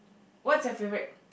what's your favorite